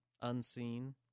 unseen